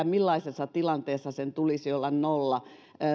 millaisessa tilanteessa sen tulisi olla nolla